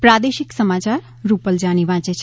પ્રાદેશિક સમાચાર રૂપલ જાની વાંચે છે